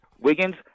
wiggins